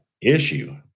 issue